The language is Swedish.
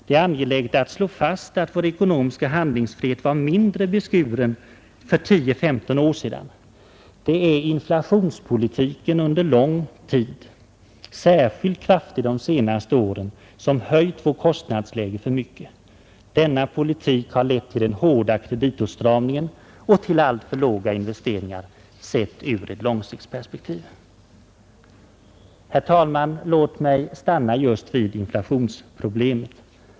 Det är angeläget att slå fast att vår ekonomiska handlingsfrihet var mindre beskuren för 10—15 år sedan. Det är inflationspolitiken under lång tid, särskilt kraftig de senaste åren, som höjt vårt kostnadsläge för mycket. Denna politik har lett till den hårda kreditåtstramningen och till alltför låga investeringar sett ur ett långtidsperspektiv. Herr talman! Låt mig stanna vid just inflationsproblemet.